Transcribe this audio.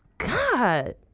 God